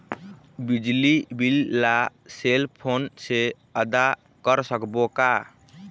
बिजली बिल ला cell phone से आदा कर सकबो का?